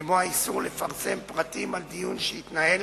כמו האיסור לפרסם פרטים על דיון שהתנהל